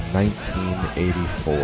1984